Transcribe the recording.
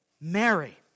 Mary